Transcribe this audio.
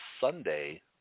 Sunday